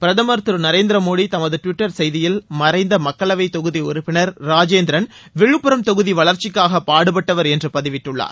பிரதமர் திரு நரேந்திர மோடி தமது டிவிட்டர் செய்தியில் மறைந்த மக்களவை தொகுதி உறுப்பினர் ராஜேந்திரன் விழுப்புரம் தொகுதி வளர்ச்சிக்காக பாடுபட்டவர் என்று பதிவிட்டுள்ளார்